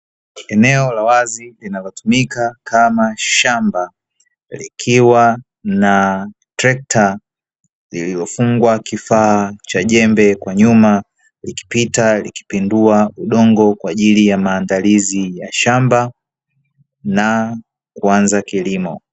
Eneo la wazi linalotumika kama shamba, likiwa na trekta liliofungwa kifaa cha jembe kwa nyuma, likipita likipindua udongo kwa ajili ya maandalizi ya shamba na kuanza kilimo.